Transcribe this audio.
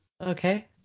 Okay